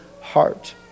heart